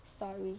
sorry